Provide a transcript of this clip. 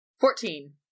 Fourteen